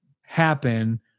happen